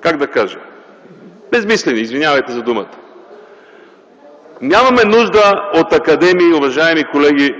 как да кажа, безсмислени – извинявайте за думата. Нямаме нужда от академии в България, уважаеми колеги.